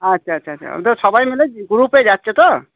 আচ্ছা আচ্ছা আচ্ছা তো সবাই মিলে গ্রুপে যাচ্ছে তো